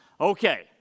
Okay